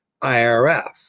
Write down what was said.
IRF